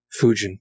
Fujin